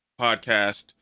podcast